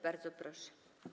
Bardzo proszę.